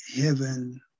heaven